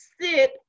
sit